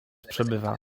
przebywa